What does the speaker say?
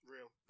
Real